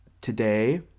today